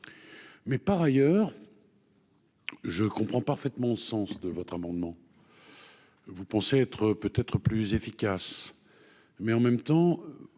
mais par ailleurs. Je comprends parfaitement le sens de votre amendement. Vous pensez être peut être plus efficace, mais en même temps